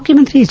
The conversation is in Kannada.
ಮುಖ್ಯಮಂತ್ರಿ ಎಚ್